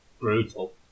brutal